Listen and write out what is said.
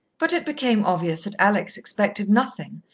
but it became obvious that alex expected nothing,